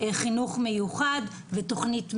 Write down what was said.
חינוך מיוחד ותכנית מיל"ת,